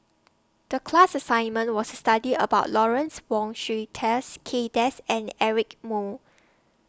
The class assignment was to study about Lawrence Wong Shyun Tsai Kay Das and Eric Moo